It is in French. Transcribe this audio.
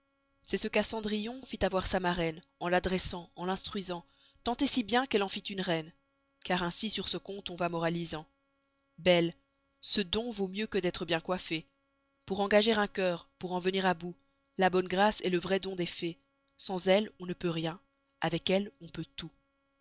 c'est ce qu'à cendrillon fit avoir sa maraine en la dressant en l'instruisant tant et si bien qu'elle en fit une reine car ainsi sur ce conte on va moralisant belles ce don vaut mieux que d'estre bien coëffées pour engager un cœur pour en venir à bout la bonne grace est le vrai don des fées sans elle on ne peut rien avec elle on peut tout